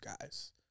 guys